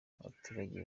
abaturage